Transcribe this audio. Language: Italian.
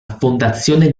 fondazione